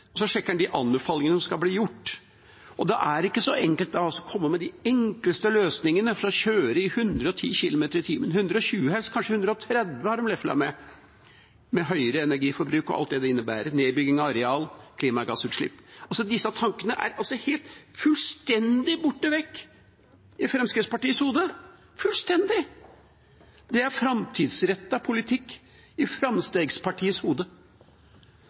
så må han sjekke anbefalingene om hva som bør bli gjort. Da er det ikke så enkelt å komme med de enkleste løsningene for å kjøre i 110 km/t, helst 120, de har leflet med kanskje 130, med høyere energiforbruk og alt det det innebærer av nedbygging av areal og klimagassutslipp. Disse tankene er altså helt fullstendig borte vekk i Fremskrittspartiets hode, fullstendig. Det er framtidsrettet politikk i Framstegspartiets hode.